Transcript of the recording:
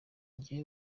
njye